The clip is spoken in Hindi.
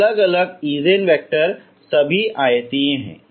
इसलिए अलग अलग ईजेन वैक्टर सभी आयतीय हैं